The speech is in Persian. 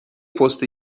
پست